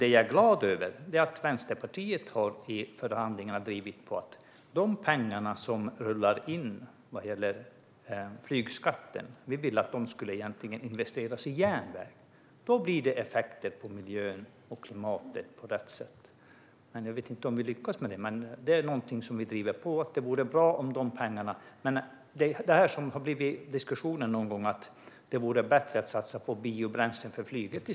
Det jag är glad över är att Vänsterpartiet i förhandlingarna har drivit på för att pengarna som rullar in från flygskatten ska investeras i järnväg. Då blir det effekter på rätt sätt på klimatet och miljön. Jag vet inte om vi lyckas med det, men det är någonting som vi driver på för att det vore bra att göra med de pengarna. Det har diskuterats någon gång att det vore bättre att i stället satsa på biobränsle för flyget.